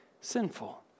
sinful